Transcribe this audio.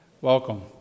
welcome